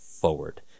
forward